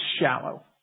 shallow